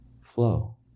flow